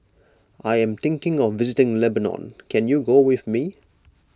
I am thinking of visiting Lebanon can you go with me